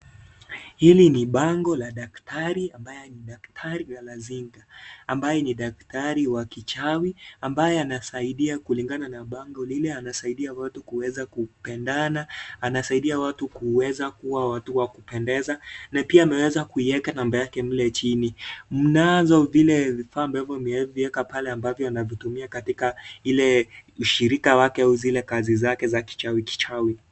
Hili ni bango la daktari ambaye ni daktari Galazinga, ambaye ni daktari wa kichawi, ambaye anasaidia kulingana na bango lile. Anasaidia watu kuweza kupendana, anasaidia watu kuweza kuwa watu wakupendeza na pia ameweza kuiweka namba yake mle chini. Mnazo vile vifaa ambavyo amevieka pale ambavyo anavitumia katika ile ushirika wake au zile kazi zake za kichawi kichawi.